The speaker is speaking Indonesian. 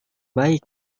baik